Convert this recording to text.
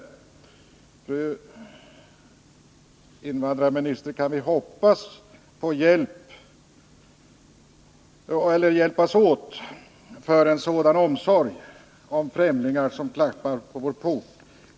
Jag vill fråga invandrarministern: Kan vi hoppas på och hjälpas åt för att skapa en sådan omsorg om främlingar som klappar på vår port?